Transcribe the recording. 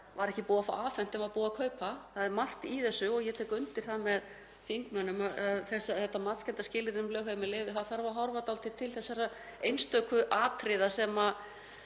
var ekki búið að fá afhent en var búið að kaupa. Það er margt í þessu og ég tek undir það með þingmanninum um þetta matskennda skilyrði um lögheimili að það þarf að horfa dálítið til þessara einstöku atriða sem